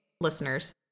listeners